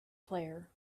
player